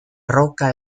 roca